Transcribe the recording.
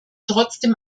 trotzdem